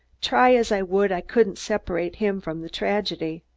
try as i would i couldn't separate him from the tragedy.